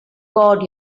god